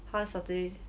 half saturday